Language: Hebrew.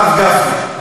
הרב גפני,